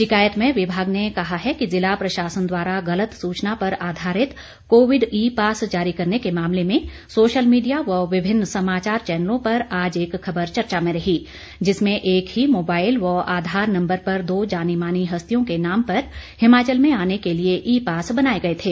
शिकायत में विभाग ने कहा है कि जिला प्रशासन द्वारा गलत सूचना पर आधारित कोविड ई पास जारी करने के मामले में सोशल मीडिया व विभिन्न समाचार चैनलों पर आज एक खबर चर्चा में रही जिसमें एक ही मोबाइल व आधार नम्बर पर दो जानी मानी हस्तियों के नाम पर हिमाचल में आने के लिए ई पास बनाए गए थे